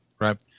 right